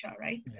right